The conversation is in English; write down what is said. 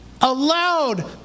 allowed